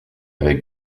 avec